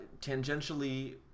tangentially